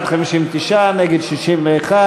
בדבר הפחתת תקציב לא נתקבלו.